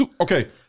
Okay